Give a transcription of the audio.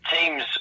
teams